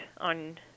on